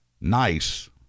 nice